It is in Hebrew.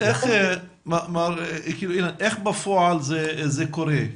איך בפועל זה קורה?